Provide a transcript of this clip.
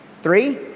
Three